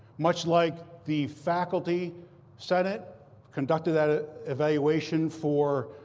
much like the faculty senate conducted that ah evaluation for